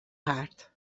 haard